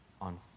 on